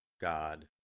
God